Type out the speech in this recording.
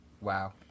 wow